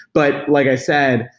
but like i said,